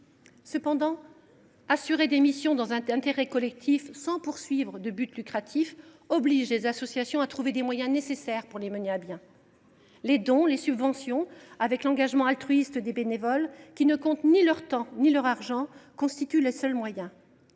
Cependant, assurer des missions d’intérêt collectif sans avoir de but lucratif oblige les associations à trouver les moyens nécessaires. Les dons, les subventions, avec l’engagement altruiste des bénévoles, qui ne comptent ni leur temps ni leur argent, constituent leurs seuls moyens.